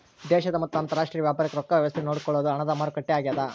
ದೇಶದ ಮತ್ತ ಅಂತರಾಷ್ಟ್ರೀಯ ವ್ಯಾಪಾರಕ್ ರೊಕ್ಕ ವ್ಯವಸ್ತೆ ನೋಡ್ಕೊಳೊದು ಹಣದ ಮಾರುಕಟ್ಟೆ ಆಗ್ಯಾದ